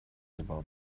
about